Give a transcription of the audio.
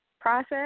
process